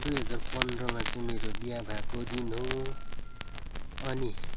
दुई हजार पन्ध्रमा चाहिँ मेरो बिहे भएको दिन हो अनि